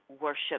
worship